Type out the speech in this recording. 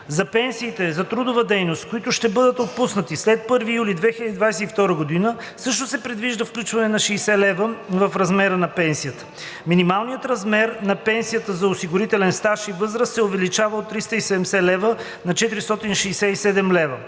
За пенсиите за трудова дейност, които ще бъдат отпуснати след 1 юли 2022 г., също се предвижда включване на 60 лв. в размера на пенсията; - Минималният размер на пенсията за осигурителен стаж и възраст се увеличава от 370 лв. на 467 лв.;